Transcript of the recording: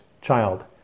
child